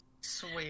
sweet